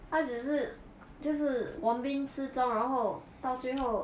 他只是就是 hyun bin 失踪然后到最后